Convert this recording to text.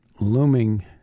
looming